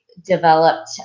developed